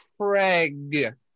Craig